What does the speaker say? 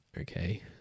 okay